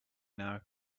now